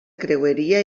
creueria